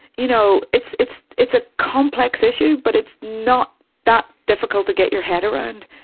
you know, it's it's it's a complex issue, but it's not that difficult to get your head around.